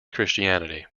christianity